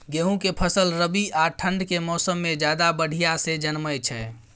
गेहूं के फसल रबी आ ठंड के मौसम में ज्यादा बढ़िया से जन्में छै?